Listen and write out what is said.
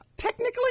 Technically